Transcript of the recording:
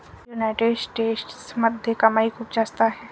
United स्टेट्समध्ये कमाई खूप जास्त आहे